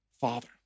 Father